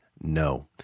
No